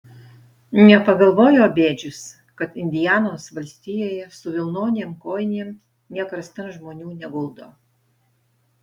nepagalvojo bėdžius kad indianos valstijoje su vilnonėm kojinėm nė karstan žmonių neguldo